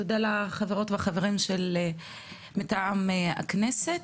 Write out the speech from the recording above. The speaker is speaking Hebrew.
תודה לחברות והחברים מטעם הכנסת.